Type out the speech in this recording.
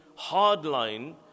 hardline